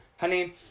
Honey